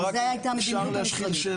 אפשר להשחיל עוד שאלה?